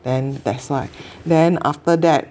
then that's why then after that